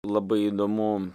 labai įdomu